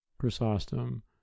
Chrysostom